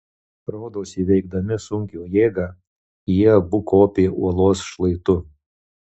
rodos įveikdami sunkio jėgą jie abu kopė uolos šlaitu